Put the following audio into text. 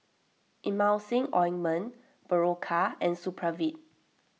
Emulsying Ointment Berocca and Supravit